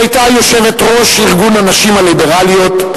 היא היתה יושבת-ראש ארגון הנשים הליברליות,